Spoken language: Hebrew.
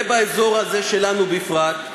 ובאזור הזה שלנו בפרט,